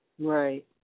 Right